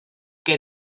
que